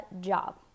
job